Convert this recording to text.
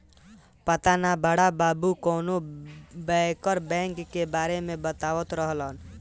पाता ना बड़ा बाबु कवनो बैंकर बैंक के बारे में बतावत रहलन